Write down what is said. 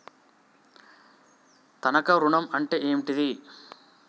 తనఖా ఋణం అంటే ఏంటిది?